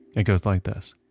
it goes like this.